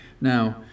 Now